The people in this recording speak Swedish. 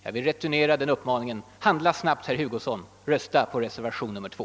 Jag vill returnera den uppmaningen: handla snabbt, herr Hugosson, rösta på reservation nr 2!